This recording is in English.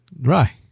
Right